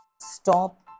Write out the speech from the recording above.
stop